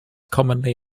commonly